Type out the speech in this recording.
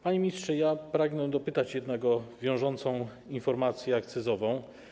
Panie ministrze, pragnę dopytać jednak o wiążącą informację akcyzową.